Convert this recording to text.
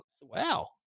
Wow